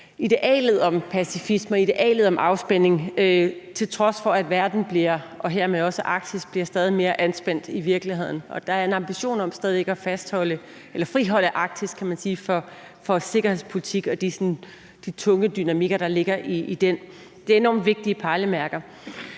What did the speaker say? idealet om pacifisme og idealet om afspænding, til trods for at verden og hermed også Arktis i virkeligheden bliver stadig mere anspændt, og at der er en ambition om stadig væk at friholde Arktis, kan man sige, fra sikkerhedspolitik og de sådan tunge dynamikker, der ligger i den. Det er enormt vigtige pejlemærker.